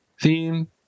theme